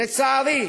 לצערי,